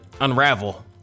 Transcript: unravel